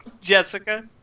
Jessica